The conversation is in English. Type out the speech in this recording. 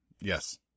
Yes